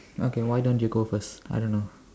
okay why don't you go first I don't know